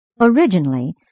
Originally